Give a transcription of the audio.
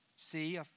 See